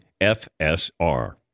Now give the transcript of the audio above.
FSR